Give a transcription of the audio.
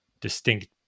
distinct